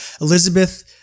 Elizabeth